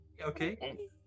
Okay